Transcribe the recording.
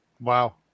Wow